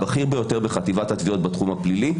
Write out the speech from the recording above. הבכיר ביותר בחטיבת התביעות בתחום הפלילי,